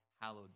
Hallowed